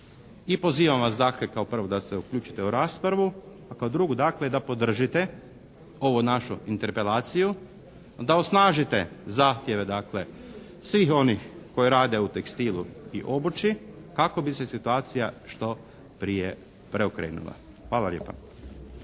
i pozivam vas dakle kao prvo da se uključite u raspravu. A kao drugo, da podržite ovu našu interpelaciju, da osnažite zahtjeve svih onih koji rade u tekstilu i obući kako bi se situacija što prije preokrenula. Hvala lijepa.